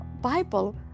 Bible